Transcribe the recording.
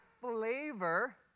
flavor